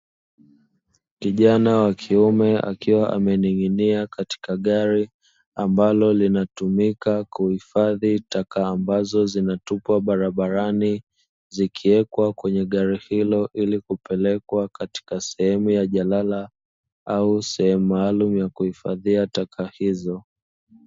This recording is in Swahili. Kijana wa kiume akiwa amening'inia katika gari ambalo linatumika kuhifadhi taka ambazo zimetupwa barabarani, zikiekwa katika gari hilo ilikupelekwa katika sehemu ya jalala au sehemu maalumu yakuhifadhia taka hizo.